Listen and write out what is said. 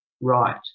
right